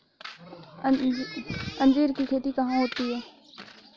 अंजीर की खेती कहाँ होती है?